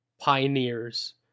pioneers